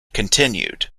continued